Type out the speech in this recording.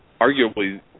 arguably